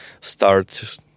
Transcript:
start